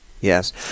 Yes